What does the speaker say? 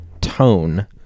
tone